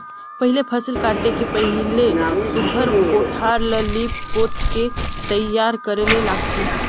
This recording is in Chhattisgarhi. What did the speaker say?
पहिले फसिल काटे के पहिले सुग्घर कोठार ल लीप पोत के तइयार करे ले लागथे